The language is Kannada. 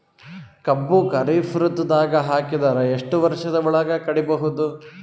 ಕಬ್ಬು ಖರೀಫ್ ಋತುದಾಗ ಹಾಕಿದರ ಎಷ್ಟ ವರ್ಷದ ಒಳಗ ಕಡಿಬಹುದು?